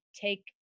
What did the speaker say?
take